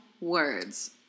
words